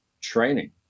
training